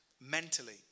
Mentally